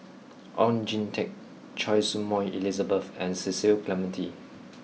Oon Jin Teik Choy Su Moi Elizabeth and Cecil Clementi